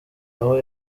aho